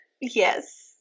yes